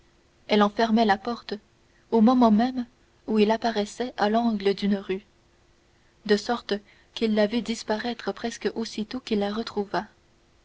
elle en fermait la porte au moment même où il apparaissait à l'angle d'une rue de sorte qu'il la vit disparaître presque aussitôt qu'il la retrouva